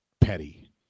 petty